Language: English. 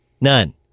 None